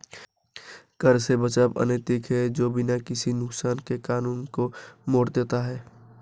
कर से बचाव अनैतिक है जो बिना किसी नुकसान के कानून को मोड़ देता है